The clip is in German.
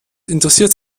interessiert